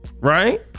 right